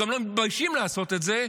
וגם לא מתביישים לעשות את זה,